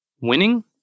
winning